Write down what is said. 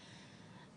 נכון.